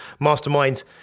Masterminds